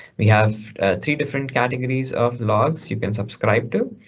we have three different categories of logs you can subscribe to.